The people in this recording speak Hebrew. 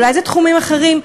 אולי זה תחומים אחרים?